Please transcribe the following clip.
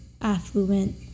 affluent